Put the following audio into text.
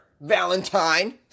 Valentine